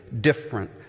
different